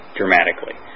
dramatically